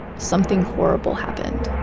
something horrible happened